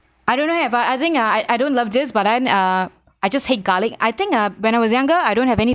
I don't know have I I think ah I don't love this but then uh I just hate garlic I think ah when I was younger I don't have any